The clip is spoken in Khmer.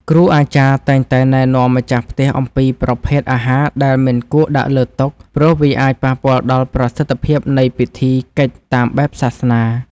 គ្រូអាចារ្យតែងតែណែនាំម្ចាស់ផ្ទះអំពីប្រភេទអាហារដែលមិនគួរដាក់លើតុ ព្រោះវាអាចប៉ះពាល់ដល់ប្រសិទ្ធភាពនៃពិធីកិច្ចតាមបែបសាសនា។